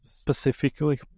specifically